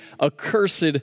accursed